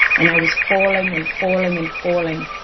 and i was falling, and falling, and falling,